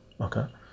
okay